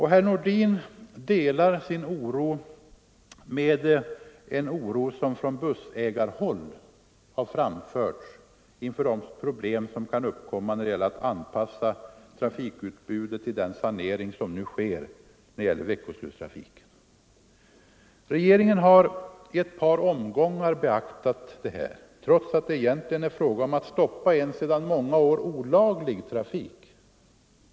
Herr Nordin delar sin oro med en oro som har framförts från bussägarhåll inför de problem som kan uppkomma när det gäller att anpassa trafikutbudet till den sanering som nu sker av veckoslutstrafiken. Regeringen har i ett par omgångar beaktat detta, trots att det egentligen är fråga om att stoppa en sedan många år tillbaka olaglig trafik.